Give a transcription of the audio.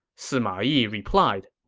sima yi replied,